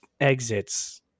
exits